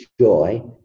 joy